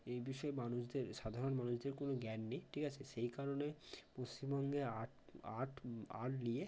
এই বিষয়ে মানুষদের সাধারণ মানুষদের কোনো জ্ঞান নেই ঠিক আছে সেই কারণে পশ্চিমবঙ্গে আর্ট আর্ট আর্ট নিয়ে